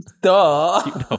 Duh